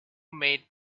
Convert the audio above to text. made